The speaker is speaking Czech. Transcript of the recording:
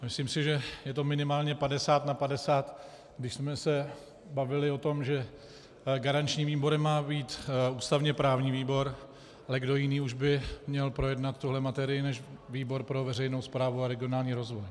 Myslím si, že je to minimálně 50 na 50, když jsme se bavili o tom, že garančním výborem má být ústavněprávní výbor, ale kdo jiný už by měl projednat tuhle materii než výbor pro veřejnou správu a regionální rozvoj?